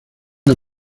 las